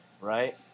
right